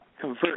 convert